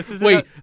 Wait